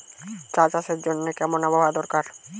চা চাষের জন্য কেমন আবহাওয়া দরকার?